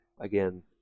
again